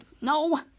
No